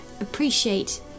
appreciate